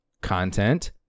content